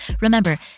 Remember